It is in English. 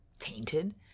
Tainted